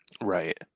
right